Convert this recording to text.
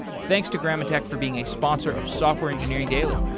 thanks to gammatech for being a sponsor of software engineering daily.